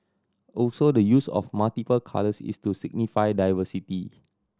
also the use of multiple colours is to signify diversity